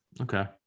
Okay